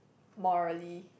morally